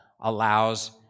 allows